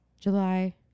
July